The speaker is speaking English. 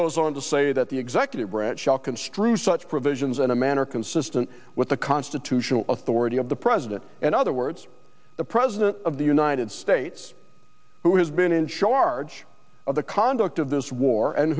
goes on to say that the executive branch shall construe such provisions in a manner consistent with the constitutional authority of the president and other words the president of the united states who has been in charge of the conduct of this war and